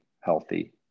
healthy